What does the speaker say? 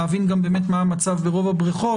להבין גם באמת מה המצב ברוב הבריכות.